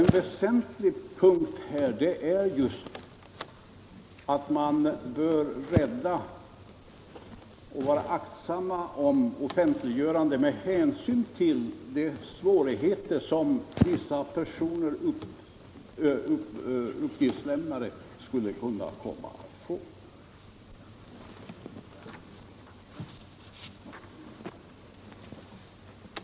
En väsentlig punkt här är just att man bör vara aktsam med offentliggöranden med hänsyn till svårigheter som vissa uppgiftslämnare skulle kunna komma att få.